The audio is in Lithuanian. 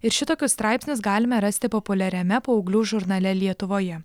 ir šitokius straipsnius galime rasti populiariame paauglių žurnale lietuvoje